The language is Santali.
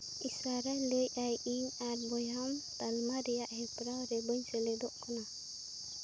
ᱮᱥ ᱞᱟᱹᱭᱮᱫ ᱟᱭ ᱤᱧ ᱟᱨ ᱛᱟᱞᱢᱟ ᱨᱮᱭᱟᱜ ᱦᱮᱯᱨᱟᱣ ᱨᱮ ᱵᱟᱹᱧ ᱥᱮᱞᱮᱫᱚᱜ ᱠᱟᱱᱟ